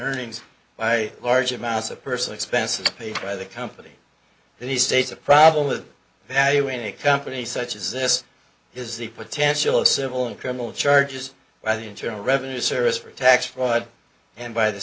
earnings by large amounts of person expenses paid by the company he states the problem with valuing a company such as this has the potential of civil and criminal charges by the internal revenue service for tax fraud and by the